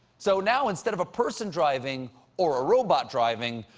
so now instead of a person driving or a robot driving,